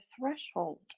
threshold